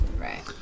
Right